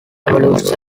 evolution